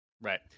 Right